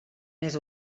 més